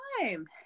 time